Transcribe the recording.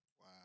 wow